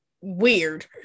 weird